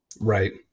right